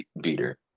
beater